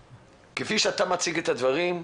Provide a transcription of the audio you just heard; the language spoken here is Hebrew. כפי שאתה מציג את הדברים,